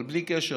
אבל בלי קשר,